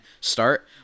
start